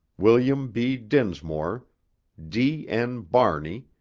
wm. b. dinsmore, d. n. barney,